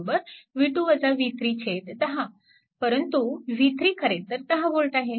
परंतु v3 खरेतर 10V आहे